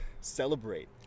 celebrate